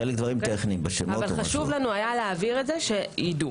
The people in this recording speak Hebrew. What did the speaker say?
חשוב היה לנו להבהיר את זה שיידעו.